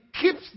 keeps